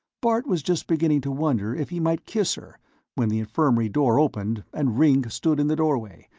bart was just beginning to wonder if he might kiss her when the infirmary door opened and ringg stood in the doorway,